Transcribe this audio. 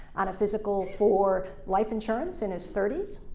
on a physical for life insurance in his thirty s,